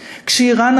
כשאיראן,